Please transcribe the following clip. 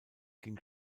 ging